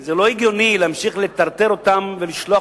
זה לא הגיוני להמשיך לטרטר אותם ולשלוח